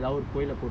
she ask me to